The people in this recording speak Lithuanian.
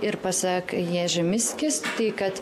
ir pasak ježy miskis tai kad